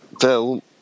Phil